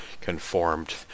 conformed